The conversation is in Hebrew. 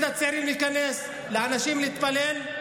לתת לצעירים להיכנס, לאנשים להתפלל,